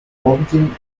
vomiting